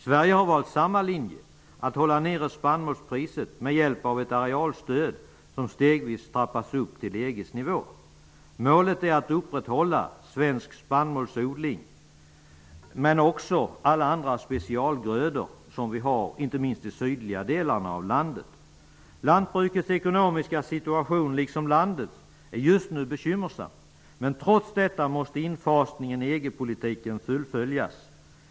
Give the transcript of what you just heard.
Sverige har valt samma linje -- att hålla nere spannmålspriset med hjälp av ett arealstöd som stegvis trappas upp till EG:s nivå. Målet är att upprätthålla svensk spannmålsodling men också odling av alla andra specialgrödor som vi har, inte minst i de sydliga delarna av landet. Lantbrukets ekonomiska situation, liksom landets, är just nu bekymmersam. Trots detta måste infasningen i EG-politiken fullföljas.